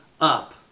up